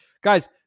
guys